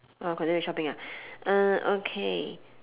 oh continue with shopping ah uh okay